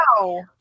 Wow